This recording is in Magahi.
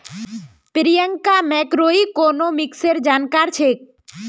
प्रियंका मैक्रोइकॉनॉमिक्सेर जानकार छेक्